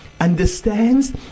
understands